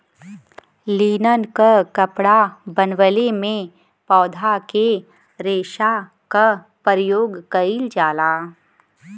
linen क कपड़ा बनवले में पौधा के रेशा क परयोग कइल जाला